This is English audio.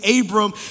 Abram